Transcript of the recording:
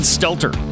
Stelter